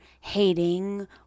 hating